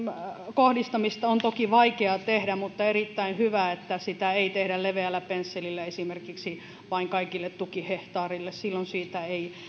kohdistamista on toki vaikea tehdä mutta on erittäin hyvä että sitä ei tehdä leveällä pensselillä esimerkiksi vain kaikille tukihehtaareille silloin siitä ei